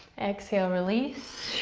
exhale, release.